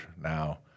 now